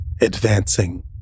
advancing